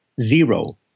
zero